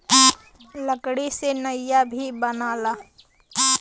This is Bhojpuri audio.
लकड़ी से नइया भी बनला